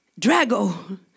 Drago